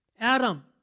Adam